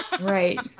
Right